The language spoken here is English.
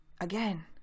again